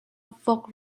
vok